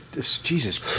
Jesus